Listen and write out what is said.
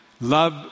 Love